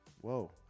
whoa